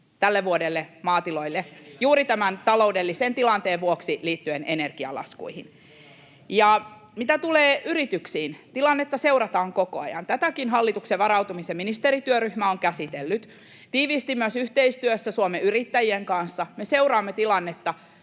Heinosen välihuuto] juuri tämän taloudellisen tilanteen vuoksi liittyen energialaskuihin. Ja mitä tulee yrityksiin, tilannetta seurataan koko ajan. Tätäkin hallituksen varautumisen ministerityöryhmä on käsitellyt. Tiiviisti myös yhteistyössä Suomen Yrittäjien kanssa me seuraamme tilannetta,